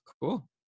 Cool